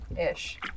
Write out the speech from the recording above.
Ish